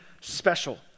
special